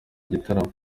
igitaramo